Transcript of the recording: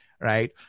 right